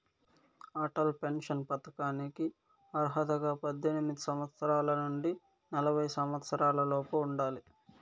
Atal pension పథకానికి అర్హతగా పద్దెనిమిది సంవత్సరాల నుండి నలభై సంవత్సరాలలోపు ఉండాలి